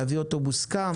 להביא אותו מוסכם.